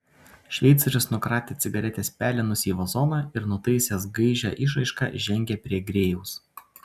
šveicorius nukratė cigaretės pelenus į vazoną ir nutaisęs gaižią išraišką žengė prie grėjaus